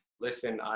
listen